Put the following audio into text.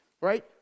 right